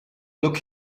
look